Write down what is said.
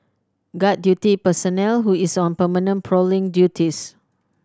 guard duty personnel who is on permanent prowling duties